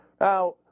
Now